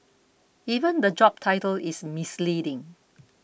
even the job title is misleading